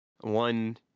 one